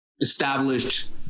established